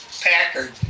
Packard